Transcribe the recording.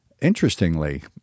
Interestingly